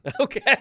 Okay